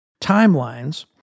timelines